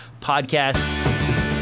Podcast